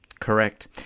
Correct